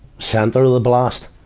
center of the blast.